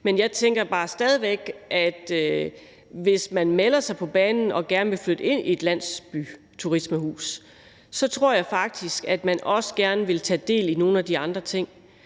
Men jeg tænker bare, at hvis man melder sig på banen og gerne vil flytte ind i et landsbyturismehus, vil man også gerne deltage i nogle af de andre ting.